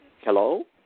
Hello